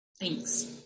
thanks